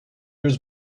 was